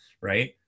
right